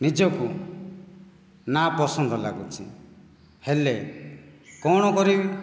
ନିଜକୁ ନା ପସନ୍ଦ ଲାଗୁଛି ହେଲେ କ'ଣ କରିବି